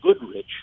Goodrich